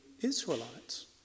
Israelites